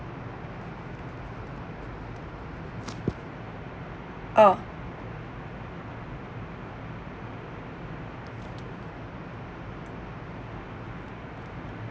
orh